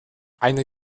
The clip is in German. eine